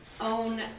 own